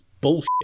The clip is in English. bullshit